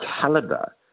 caliber